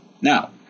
Now